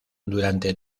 durante